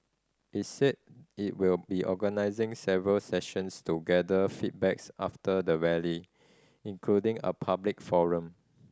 it said it will be organising several sessions to gather feedbacks after the Rally including a public forum